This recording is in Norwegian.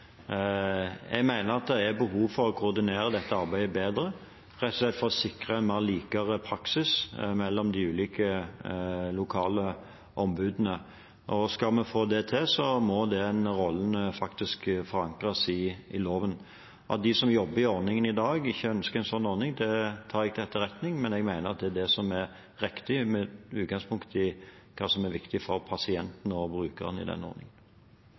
det er behov for å koordinere dette arbeidet bedre, rett og slett for å sikre en likere praksis mellom de ulike lokale ombudene. Skal vi få det til, må den rollen faktisk forankres i loven. At de som jobber i ordningen i dag, ikke ønsker en sånn ordning, tar jeg til etterretning, men jeg mener det er det som er riktig med utgangspunkt i hva som er viktig for pasientene og brukerne i denne ordningen.